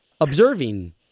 observing